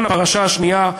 הפרשה השנייה,